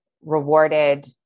rewarded